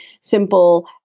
simple